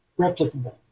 replicable